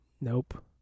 nope